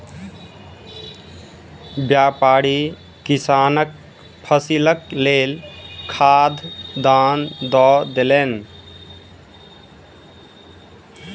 व्यापारी किसानक फसीलक लेल खाद दान दअ देलैन